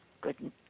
good